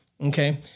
Okay